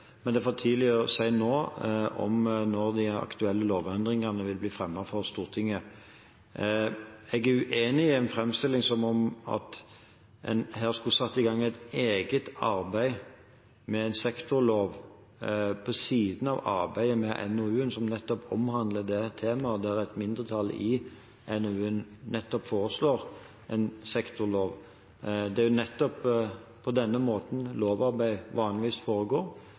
men det er for tidlig å si nå når de aktuelle lovendringene vil bli fremmet for Stortinget. Jeg er uenig i en framstilling som sier at en skulle satt i gang et eget arbeid med en sektorlov på siden av arbeidet med NOU-en, som omhandler det temaet, og der et mindretall i NOU-en nettopp foreslår en sektorlov. Det er jo på denne måten lovarbeid vanligvis